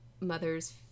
mother's